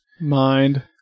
Mind